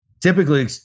typically